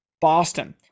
Boston